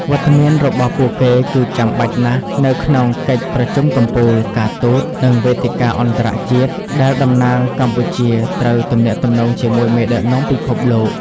វត្តមានរបស់ពួកគេគឺចាំបាច់ណាស់នៅក្នុងកិច្ចប្រជុំកំពូល ការទូត និងវេទិកាអន្តរជាតិ ដែលតំណាងកម្ពុជាត្រូវទំនាក់ទំនងជាមួយមេដឹកនាំពិភពលោក។